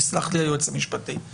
יסלח לי היועץ המשפטי,